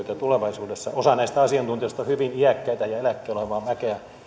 niitä asiantuntijoita tulevaisuudessa osa näistä asiantuntijoista on hyvin iäkkäitä ja eläkkeellä olevaa väkeä